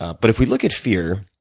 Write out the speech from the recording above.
but if we look at fear,